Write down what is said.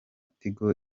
tigo